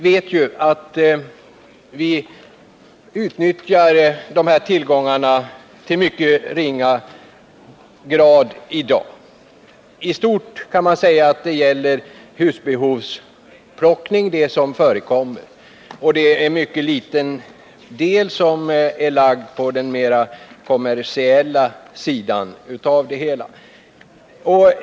Dessa tillgångar utnyttjas i dag till mycket ringa grad. Det är i stort husbehovsplockning som förekommer, och en mycket liten del är upplagd på mera kommersiell basis.